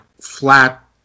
flat